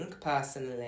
personally